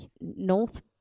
North